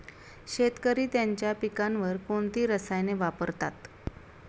शेतकरी त्यांच्या पिकांवर कोणती रसायने वापरतात?